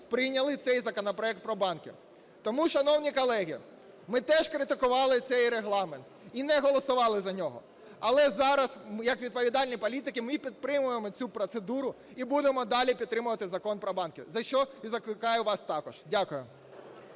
прийняли цей законопроект про банки. Тому, шановні колеги, ми теж критикували цей Регламент і не голосували за нього, але зараз як відповідальні політики ми підтримуємо цю процедуру і будемо далі підтримувати Закон про банки, до чого закликаю і вас також. Дякую.